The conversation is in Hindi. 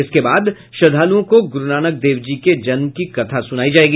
इसके बाद श्रद्धालओं को गुरूनानक देव जी के जन्म की कथा सुनायी जायेगी